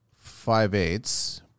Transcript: Five-eighths